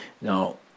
Now